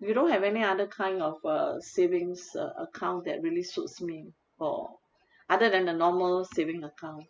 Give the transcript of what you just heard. you don't have any other kind of uh savings a~ account that really suits me or other than the normal saving account